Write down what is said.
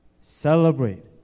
celebrate